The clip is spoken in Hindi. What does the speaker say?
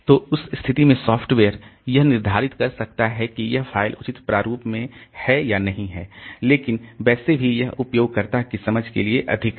तो उस स्थिति में सॉफ्टवेयर यह निर्धारित कर सकता है कि यह फ़ाइल उचित प्रारूप में नहीं है लेकिन वैसे भी यह उपयोगकर्ता की समझ के लिए अधिक है